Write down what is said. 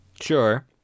Sure